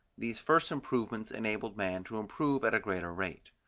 these first improvements enabled man to improve at a greater rate.